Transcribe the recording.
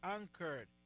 anchored